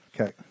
Okay